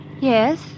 Yes